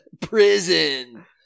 Prison